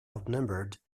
outnumbered